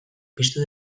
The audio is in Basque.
piztu